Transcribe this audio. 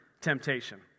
temptation